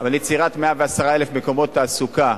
אבל יצירת 110,000 מקורות תעסוקה,